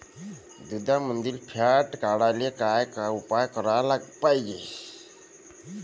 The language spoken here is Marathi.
दुधामंदील फॅट वाढवायले काय काय उपाय करायले पाहिजे?